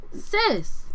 Sis